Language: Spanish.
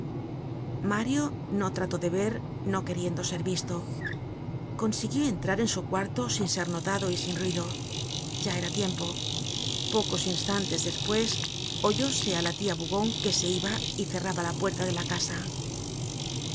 mario no trató de ver no queriendo ser visto consiguió entrar en su cuarto sin ser notado y sin ruido ya era tiempo pocos instantes despues oyóse á la tia bougon que se iba y cerraba la puerta de la casa